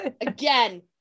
again